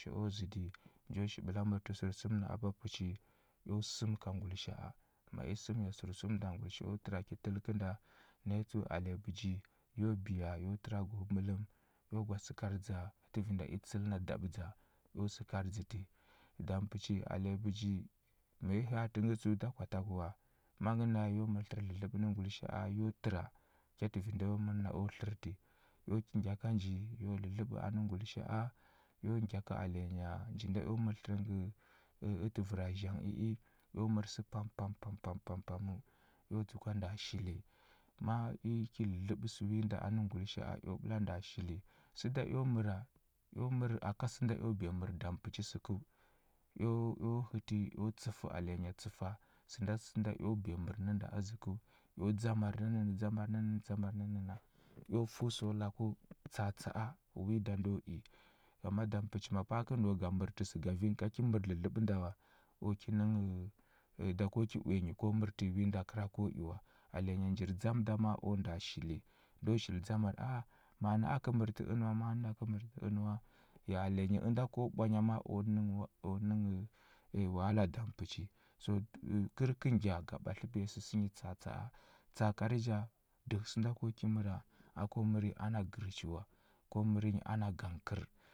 Pəchi o zədi, nju shi ɓəla mərtə sərsum nə a ba puchi, eo səm ka ngulisha a. ma i səmnya sərsum nda ngulisha a o təra ki təl kənda. Naya tsəu alenya pəchi yo biya yu təra gu mələm, yo gwa səgardza tə vi nda i tsəlna ɗaɓdza eo səgardzə ti. Alenyi bəji, ma yi hya atə ngə tsəu da kwa tagə wa, mangə naya yo mər tlər dlədləɓə nə ngulisha a, yo təra kyatə vi nda yo mər na o tlər ti. Eo ngya ka nji, eo dlədləɓa anə ngulisha a eo ngya ka alenyi nji inda eo mər tlər ngə tə vəra zhang i i, eo mər sə pam pam pam pampaməu, eo dzəgwa nda shili. Ma i ki dlədləɓə sə wi nda anə ngulisha a, eo ɓəla nda shili. Səda eo məra, eo mər aka sənda eo biya mər dam pəchi səkəu, eo eo hətɨ eo tsəfə alenya tsəfa, sənda sənda eo biya mər nə nda əzəkəu. Eo dzamar nənna eo ndzamar nənna ndzamar nənna, eo fəu səu laku, tsa atsa a wi da ndo i. Ngama dam pəchi ma pa a kə nau ga mərtə sə gavi ka ki mər dlədləɓə nda wa, o ki nə nghə ə da ki uya nyi ko mərtə wi nda kəra kəo i wa. Alenya njir ndzam da maa o nda shili, ndo shili dzamar a a manə a kə mərtə ənə wa? Manə nakə mərtə ənə wa? Ya alenyi ənda ko ɓwanya ma a u nə nghə u nə nghə ə wahala dam pəchi, so kər kə ngya ga ɓatləbiya səsə nyi tsa atsa a. tsaakari ja, dəhə sənda ko ki məra, a ko mər nyi ana gərchə wa, ko mər nyi ana gangkər.